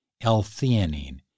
L-theanine